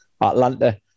Atlanta